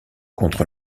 contre